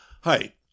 Hi